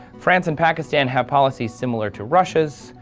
france and pakistan have policies similar to russia's.